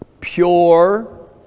pure